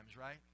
right